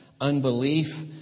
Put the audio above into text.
unbelief